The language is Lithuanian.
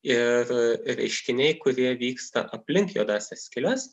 ir reiškiniai kurie vyksta aplink juodąsias skyles